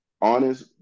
honest